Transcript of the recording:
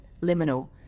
liminal